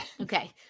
okay